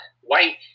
White